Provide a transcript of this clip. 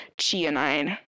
chianine